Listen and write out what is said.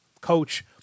coach